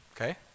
Okay